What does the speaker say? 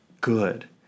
good